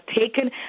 taken